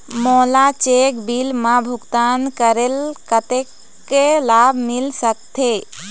मोला cheque bill मा भुगतान करेले कतक लाभ मिल सकथे?